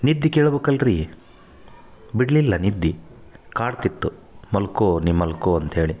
ನಿದ್ದಿ ಕೇಳ್ಬಕಲ್ಲ ರೀ ಬಿಡಲಿಲ್ಲ ನಿದ್ದೆ ಕಾಡ್ತಿತ್ತು ಮಲ್ಕೋ ನೀ ಮಲ್ಕೋ ಅಂತ್ಹೇಳಿ